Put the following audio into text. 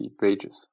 pages